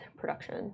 production